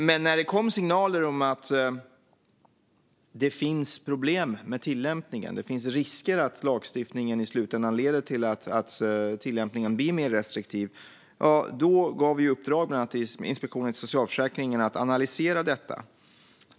Men när det kom signaler om problem med tillämpningen och om att det finns risker att lagstiftningen i slutändan leder till att tillämpningen blir mer restriktiv gav vi i uppdrag till Inspektionen för socialförsäkringen att analysera detta.